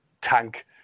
tank